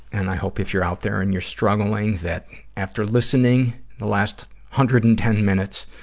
and i hope if you're out there and you're struggling, that after listening the last hundred and ten minutes,